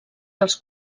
dels